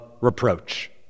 reproach